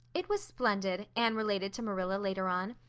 it was splendid, anne related to marilla later on.